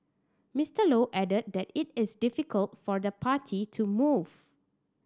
Mister Low added that it is difficult for the party to move